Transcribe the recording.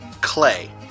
Clay